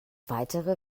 weitere